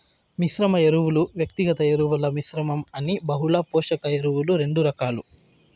మిశ్రమ ఎరువులు, వ్యక్తిగత ఎరువుల మిశ్రమం అని బహుళ పోషక ఎరువులు రెండు రకాలు